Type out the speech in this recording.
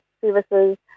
services